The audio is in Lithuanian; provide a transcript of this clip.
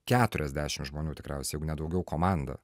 keturiasdešimt žmonių tikriausiai jeigu ne daugiau komanda